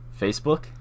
Facebook